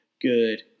good